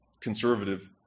conservative